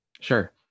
Sure